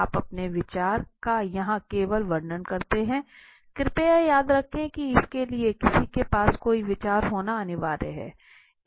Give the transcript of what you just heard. आप अपने विचार का यहाँ केवल वर्णन करते है कृपया याद रखें की इसके लिए किसी के पास कोई विचार होना अनिवार्य है